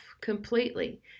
completely